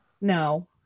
no